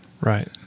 right